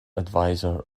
adviser